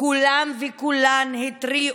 כולם וכולן התריעו,